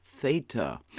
theta